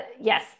Yes